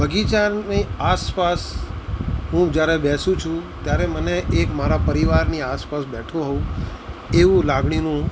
બગીચાની આસપાસ હું જ્યારે બેસું છું ત્યારે મને એક મારા પરિવારની આસપાસ બેઠો હોઉં એવું લાગણીનું